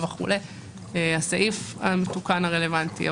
על הסעיף המתוקן הרלוונטי.